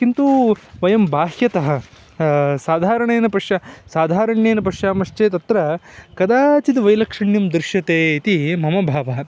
किन्तु वयं बाह्यतः साधारणेन पश्यामः साधारण्येन पश्यामश्चेदत्र कदाचित् वैलक्षण्यं दृश्यते इति मम भावः